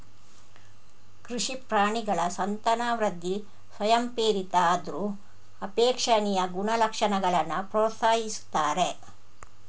ಕೃಷಿ ಪ್ರಾಣಿಗಳ ಸಂತಾನವೃದ್ಧಿ ಸ್ವಯಂಪ್ರೇರಿತ ಆದ್ರೂ ಅಪೇಕ್ಷಣೀಯ ಗುಣಲಕ್ಷಣಗಳನ್ನ ಪ್ರೋತ್ಸಾಹಿಸ್ತಾರೆ